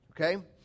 Okay